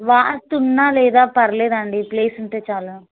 వాస్తు ఉన్నా లేదా పర్లేదు అండి ప్లేస్ ఉంటే చాలు